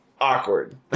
Awkward